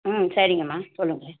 ம் சரிங்கம்மா சொல்லுங்கள்